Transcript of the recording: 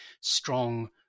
strong